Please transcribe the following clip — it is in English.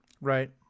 Right